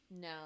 No